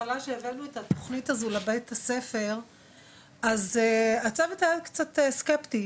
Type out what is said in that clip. בהתחלה כשהבאנו את התוכנית הזו לבית הספר אז הצוות היה קצת סקפטי,